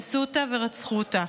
והם אנסו אותה ורצחו אותה.